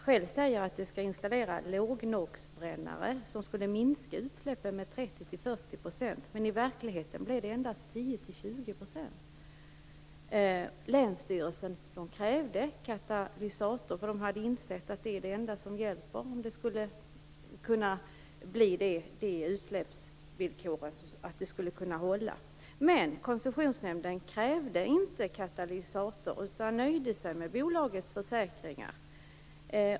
Shell säger att man skall installera låg-NOx-brännare som skulle minska utsläppen med 30-40 %, men i verkligheten blir det endast 10-20 %. Länsstyrelsen krävde katalysator, eftersom man hade insett att det är det enda som hjälper om utsläppsvillkoren skall kunna uppfyllas. Men Koncessionsnämnden krävde inte katalysator utan nöjde sig med bolagets försäkringar.